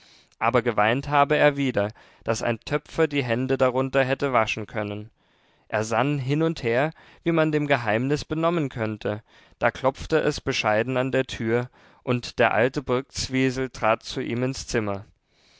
aber geweint habe er wieder daß ein töpfer die hände darunter hätte waschen können er sann hin und her wie man dem geheimnis benommen könnte da klopfte es bescheiden an der tür und der alte brktzwisl trat zu ihm ins zimmer